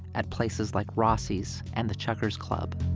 at places like rossi's and the chuckkers' club.